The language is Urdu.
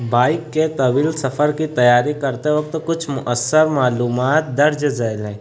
بائک کے طویل سفر کی تیاری کرتے وقت کچھ مؤثر معلومات درج ذیل ہیں